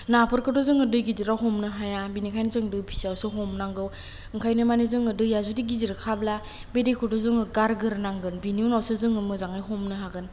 नाफोरखौथ' जोङो दै गिदिराव हमनो हाया बेनिखायनो जों दै फिसायावसो हमनांगौ ओंखायनो मानि जोङो दैया जुदि गिदिरखाब्ला बे दैखौथ' जोङो गारगोरनांगोन बेनि उनावसो जोङो मोजाङै हमनो हागोन